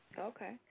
Okay